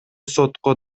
сотко